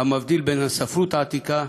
המבדיל בין הספרות העתיקה